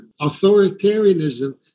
authoritarianism